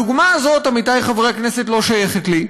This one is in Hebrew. הדוגמה הזאת, עמיתי חברי הכנסת, לא שייכת לי.